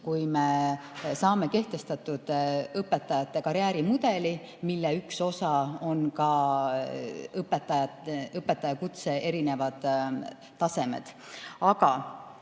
kui me saame kehtestatud õpetajate karjäärimudeli, mille üks osa on ka õpetajakutse erinevad tasemed. Aga